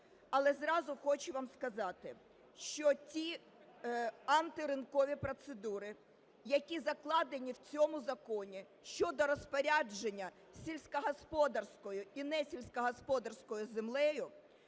Але зразу хочу вам сказати, що ті антиринкові процедури, які закладені в цьому законі щодо розпорядження сільськогосподарською і несільськогосподарською землею,